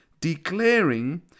declaring